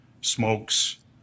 smokes